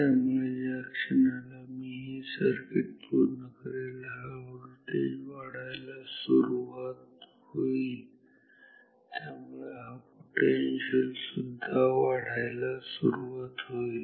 त्यामुळे ज्या क्षणाला मी हे सर्किट पूर्ण करेल हा व्होल्टेज वाढायला सुरुवात होईल त्यामुळे हा पोटेन्शिअल सुद्धा वाढायला सुरुवात होईल